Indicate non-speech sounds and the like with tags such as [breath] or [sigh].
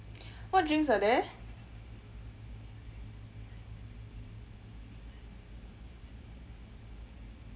[breath] what drinks are there